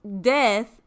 death